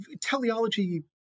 teleology